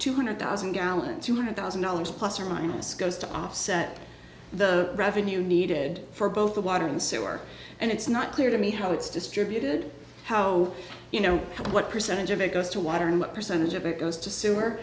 two hundred thousand gallon two hundred thousand dollars plus or minus goes to offset the revenue needed for both the water and sewer and it's not clear to me how it's distributed how you know what percentage of it goes to water and what percentage of it goes to s